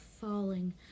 falling